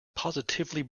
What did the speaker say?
positively